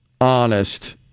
honest